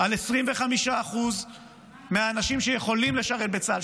על 25% מהאנשים שיכולים לשרת בצה"ל,